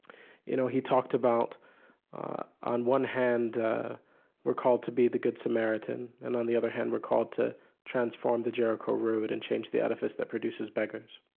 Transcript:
you know, he talked about on one hand we're called to be the good samaritan and on the other hand we're called to transform the jericho road and change the edifice that produces beggars.